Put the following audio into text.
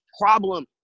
problem